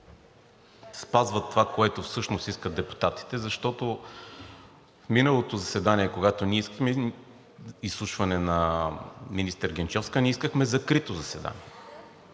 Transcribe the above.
спазват това, което всъщност искат депутатите, защото на миналото заседание, когато искахме изслушване на министър Генчовска, ние искахме закрито заседание,